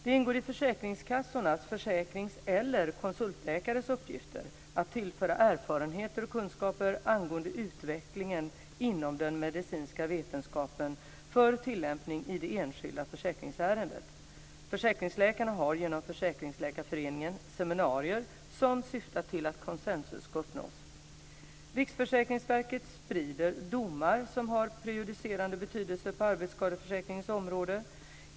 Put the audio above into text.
Det ingår i försäkringskassornas försäkrings eller konsultläkares uppgifter att tillföra erfarenheter och kunskaper angående utvecklingen inom den medicinska vetenskapen för tillämpning i det enskilda försäkringsärendet. Försäkringsläkarna har genom Försäkringsläkarföreningen seminarier som syftar till att konsensus ska uppnås. Riksförsäkringsverket sprider domar som har prejudicerande betydelse på arbetsskadeförsäkringens område.